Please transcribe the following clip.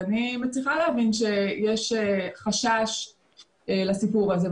ואני מצליחה להבין שיש חשש לסיפור הזה.